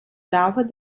laufe